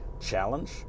challenge